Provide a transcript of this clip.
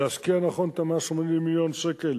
ולהשקיע נכון את 180 מיליון השקל,